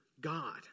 God